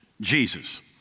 Jesus